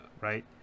right